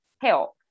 help